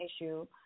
issue